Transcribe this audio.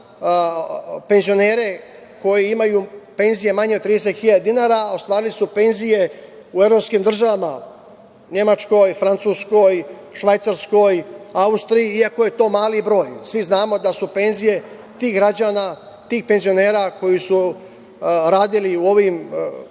na penzionere koji imaju penzije manje od 30.000 dinara, a ostvarili su penzije u evropskim državama, Nemačkoj, Francuskoj, Švajcarskoj, Austriji, iako je to mali broj. Svi znamo da su penzije tih građana, tih penzionera koji su radili u ovim razvijenim